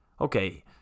Okay